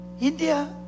India